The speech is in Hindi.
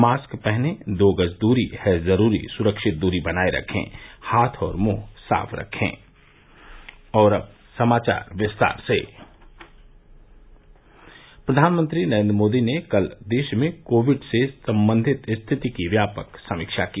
मास्क पहनें दो गज दूरी है जरूरी सुरक्षित दूरी बनाये रखे हाथ और मुंह साफ रखे प्रधानमंत्री नरेन्द्र मोदी ने कल देश में कोविड से संबंधित स्थिति की व्यापक समीक्षा की